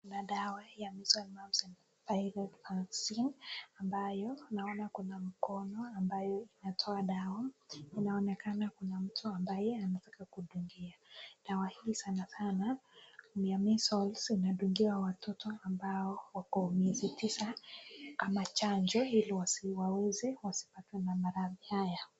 Kuna dawa ya Measles, Mumps and Rubella Vaccine ambayo naona kuna mkono ambayo inatoa damu, inaonekana kuna mtu ambaye anataka kudungia. Dawa hii sanasana ni ya measles , inadungiwa watoto ambao wako miezi tisa kama chanjo ili wasiweze kupatwa maradhi hayo.